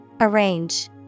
Arrange